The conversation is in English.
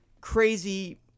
crazy